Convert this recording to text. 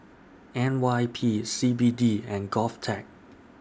N Y P C B D and Govtech